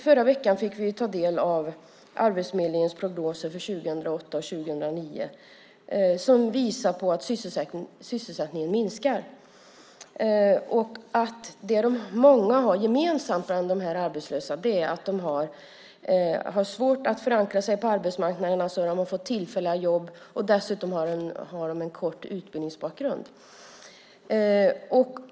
Förra veckan fick vi ta del av Arbetsförmedlingens prognoser för 2008 och 2009 som visar på att sysselsättningen minskar. Vad många av dessa arbetslösa har gemensamt är att de har svårt att förankra sig på arbetsmarknaden. De har fått tillfälliga jobb. Dessutom har de en kort utbildning som bakgrund.